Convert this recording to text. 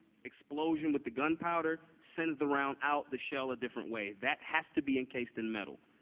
explosion with the gunpowder, sends the round out, the shell a different way. that has to be encased in metal.